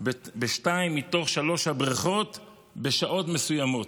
בשתיים מתוך שלוש הבריכות בשעות מסוימות.